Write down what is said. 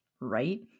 right